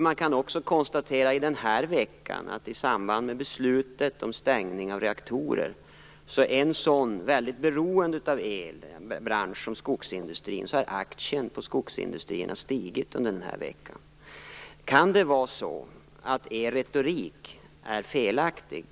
Man kan också konstatera att i samband med beslutet om stängning av reaktorer har aktierna i en bransch som skogsindustrin, som är så beroende av el, stigit under denna vecka. Kan det vara så att er retorik är felaktig?